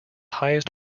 highest